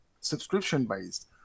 subscription-based